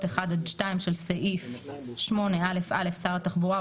(1) עד (2) של סעיף 8א(א) שר התחבורה,